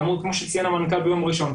כמו שציין המנכ"ל ביום ראשון,